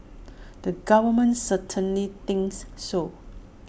the government certainly thinks so